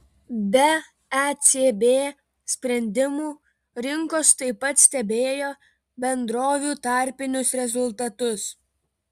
be ecb sprendimų rinkos taip pat stebėjo bendrovių tarpinius rezultatus